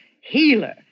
healer